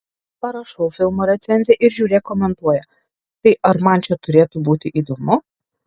parašau filmo recenziją ir žiūrėk komentuoja tai ar man čia turėtų būti įdomu